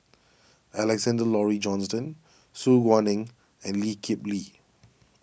Alexander Laurie Johnston Su Guaning and Lee Kip Lee